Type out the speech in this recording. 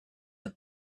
your